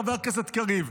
חבר הכנסת קריב,